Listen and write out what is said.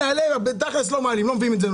אמר לי